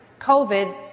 COVID